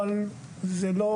אבל זה לא